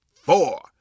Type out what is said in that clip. four